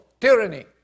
tyranny